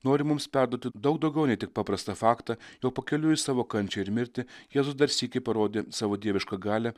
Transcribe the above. nori mums perduoti daug daugiau nei tik paprastą faktą jog pakeliui į savo kančią ir mirtį jėzus dar sykį parodė savo dievišką galią